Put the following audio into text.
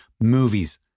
movies